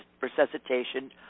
resuscitation